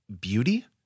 beauty